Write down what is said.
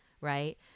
Right